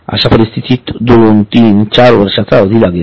अश्या परिस्थितीत दोनतीन चार वर्षाचा अवधी लागेल